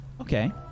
Okay